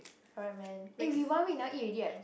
correct man eh we one week never eat already right